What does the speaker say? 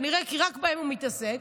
כי כנראה רק בהם הוא מתעסק,